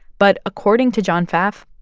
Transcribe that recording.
but according to john pfaff,